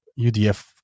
UDF